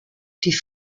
die